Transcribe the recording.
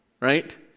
right